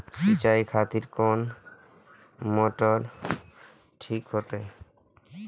सीचाई खातिर कोन मोटर ठीक होते?